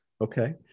Okay